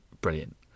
brilliant